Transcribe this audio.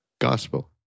Gospel